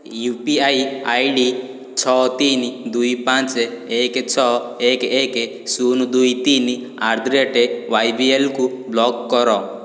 you P I ID ଛଅ ତିନି ଦୁଇ ପାଞ୍ଚ ଏକ ଛଅ ଏକ ଏକ ଶୂନ ଦୁଇ ତିନି ଆଟ୍ ଦ ରେଟ୍ ୱାଇବିଏଲ୍କୁ ବ୍ଲକ୍ କର